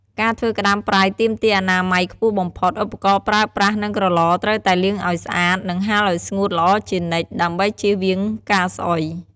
ការធ្វើក្ដាមប្រៃទាមទារអនាម័យខ្ពស់បំផុត ឧបករណ៍ប្រើប្រាស់ និងក្រឡត្រូវតែលាងឲ្យស្អាត និងហាលឲ្យស្ងួតល្អជានិច្ច ដើម្បីជៀសវាងការស្អុយ។